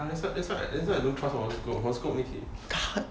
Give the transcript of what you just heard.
that's why that's why that's why I don't trust horoscope horoscope make it